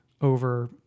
over